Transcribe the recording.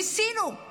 ניסינו את